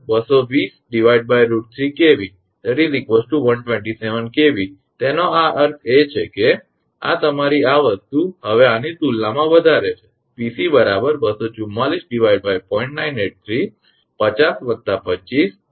હવે 𝑉𝑛 220√3 𝑘𝑉 127 𝑘𝑉 તેથી આનો અર્થ એ કે આ તમારી આ વસ્તુ હવે આની તુલનામાં વધારે છે 𝑃𝑐 2440